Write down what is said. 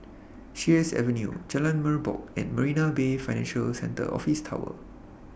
Sheares Avenue Jalan Merbok and Marina Bay Financial Centre Office Tower